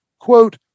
Quote